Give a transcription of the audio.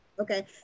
Okay